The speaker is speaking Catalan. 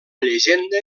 llegenda